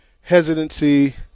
hesitancy